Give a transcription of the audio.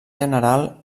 general